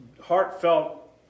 heartfelt